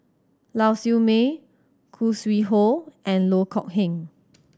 Lau Siew Mei Khoo Sui Hoe and Loh Kok Heng